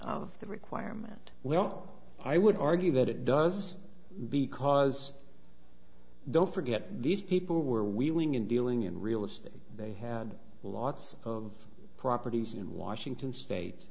of the requirement well i would argue that it does because don't forget these people were wheeling and dealing in real estate they had lots of properties in washington state